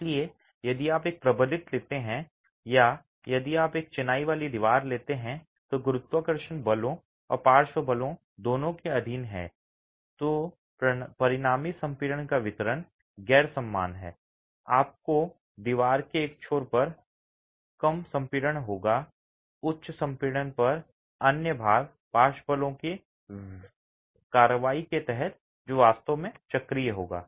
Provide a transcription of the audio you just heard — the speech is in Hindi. इसलिए यदि आप एक प्रबलित लेते हैं या यदि आप एक चिनाई वाली दीवार लेते हैं जो गुरुत्वाकर्षण बलों और पार्श्व बलों दोनों के अधीन है तो परिणामी संपीड़न का वितरण गैर समान है आपको दीवार के एक छोर पर कम संपीड़न होगा उच्च संपीड़न पर अन्य पार्श्व बलों की कार्रवाई के तहत जो वास्तव में चक्रीय होगा